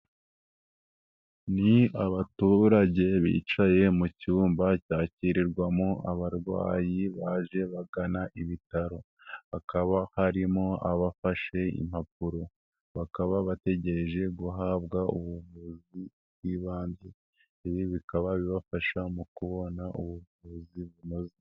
Ni abaturage bicaye mu cyumba cyakirirwamo abarwayi baje bagana ibitaro , hakaba harimo abafashe impapuro bakaba bategereje guhabwa ubuvuzi bw'ibanze, ibi bikaba bibafasha mu kubona ubuvuzi bunoze.